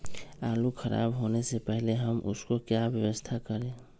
आलू खराब होने से पहले हम उसको क्या व्यवस्था करें?